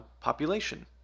population